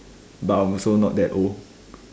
but I'm also not that old